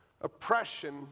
oppression